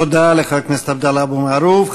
תודה לחבר הכנסת עבדאללה אבו מערוף.